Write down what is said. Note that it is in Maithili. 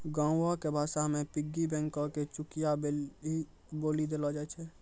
गांवो के भाषा मे पिग्गी बैंको के चुकियो बोलि देलो जाय छै